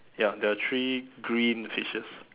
ya the three green fishes